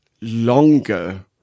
longer